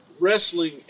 wrestling